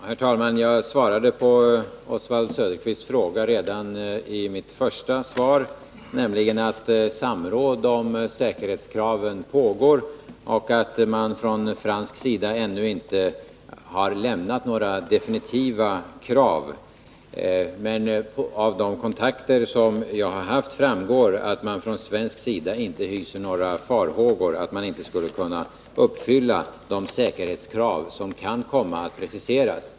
Herr talman! Jag svarade på Oswald Söderqvists fråga redan i mitt första inlägg. Jag sade nämligen att samråd om säkerhetskraven pågår och att det från fransk sida ännu inte har framförts några definitiva krav. Av de kontakter som jag har haft framgår emellertid att man från svensk sida inte hyser några farhågor för att de säkerhetskrav som kan komma att preciseras inte skulle kunna uppfyllas.